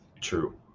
True